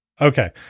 Okay